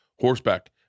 horseback